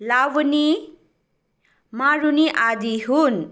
लावनी मारुनी आदि हुन्